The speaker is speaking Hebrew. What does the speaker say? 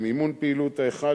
למימון פעילות ההיכל,